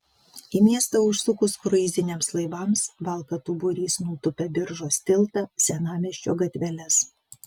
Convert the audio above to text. į miestą užsukus kruiziniams laivams valkatų būrys nutūpia biržos tiltą senamiesčio gatveles